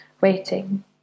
waiting